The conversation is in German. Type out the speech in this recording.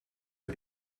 der